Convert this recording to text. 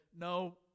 no